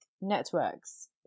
networks